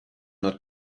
not